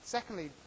Secondly